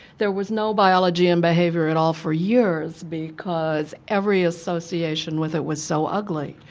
there was no biology in behaviour at all for years because every association with it was so ugly.